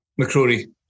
McCrory